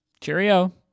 Cheerio